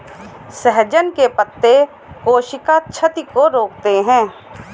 सहजन के पत्ते कोशिका क्षति को रोकते हैं